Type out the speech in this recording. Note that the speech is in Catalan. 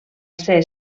ser